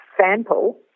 sample